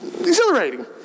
exhilarating